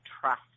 trust